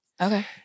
Okay